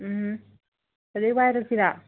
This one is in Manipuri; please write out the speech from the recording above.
ꯎꯝ ꯑꯗꯩ ꯋꯥꯏꯔꯁꯤꯔꯥ